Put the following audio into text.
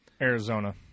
Arizona